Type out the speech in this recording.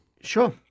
Sure